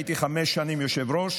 הייתי חמש שנים יושב-ראש,